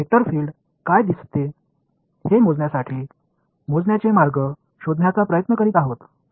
இங்கு ஒரு vector field பார்ப்பதற்கு எப்படி இருக்கும் என்னவெல்லாம் செய்யும் அதனை அளவிடுவதற்கான வழிகள் என்ன என்பதனை நாம் பெற முயற்சி செய்கின்றோம்